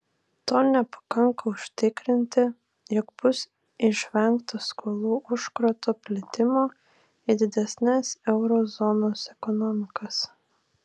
to nepakanka užtikrinti jog bus išvengta skolų užkrato plitimo į didesnes euro zonos ekonomikas